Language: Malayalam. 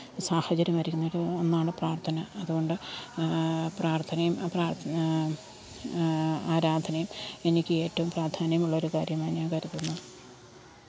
സാഹചര്യം വരരുത് എന്നാണ് പ്രാർത്ഥന അതുകൊണ്ട് പ്രാർത്ഥനയും ആ പ്രാർത്ഥ ആരാധനയും എനിക്ക് ഏറ്റവും പ്രാധാന്യമുള്ള ഒരു കാര്യമായി ഞാൻ കരുതുന്നു